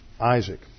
Isaac